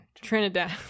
Trinidad